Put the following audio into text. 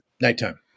Nighttime